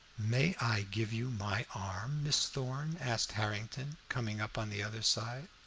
may i give you my arm, miss thorn? asked harrington, coming up on the other side.